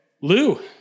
Lou